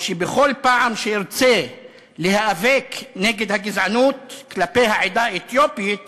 או שבכל פעם שארצה להיאבק נגד הגזענות כלפי העדה האתיופית